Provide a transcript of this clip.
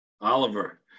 Oliver